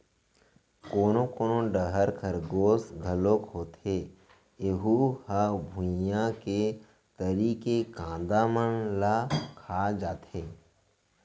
कोनो कोनो डहर खरगोस घलोक होथे ऐहूँ ह भुइंया के तरी के कांदा मन ल खा जाथे